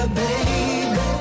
baby